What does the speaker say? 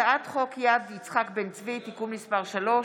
הצעת חוק יד יצחק בן צבי (תיקון מס' 3)